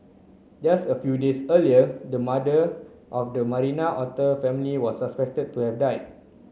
just a few days earlier the mother of the Marina otter family was suspected to have died